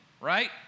right